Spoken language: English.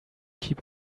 keep